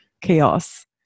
chaos